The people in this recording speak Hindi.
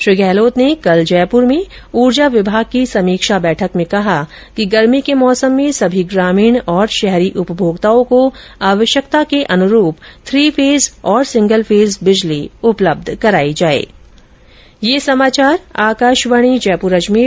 श्री गहलोत ने कल जयपुर में ऊर्जा विभाग की समीक्षा बैठक में कहा कि गर्मी के मौसम में सभी ग्रामीण और शहरी उपभोक्ताओं को आवश्यकता के अनुरूप थ्री फेज और सिंगल फेज बिजली उपलब्ध कराई जाये